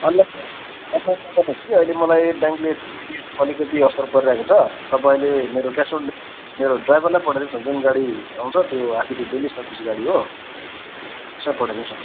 online online नगर्नुहोस् कि अहिले मलाई ब्याङ्कले टिडिएसमा अलिकति असर परिरहेको छ तपाईँले मेरो क्यास अन डेलिभरी मेरो ड्राइभरलाई पठाइदिनुहोस् न जुन गाडी आउँछ त्यो आखिरी डेली सर्भिस गाडी हो त्यसमै पठाइदिनुहोस् न